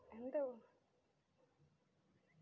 मेरी पत्नी सुलेखा को आज निवेश जोखिम के बारे में पढ़ना है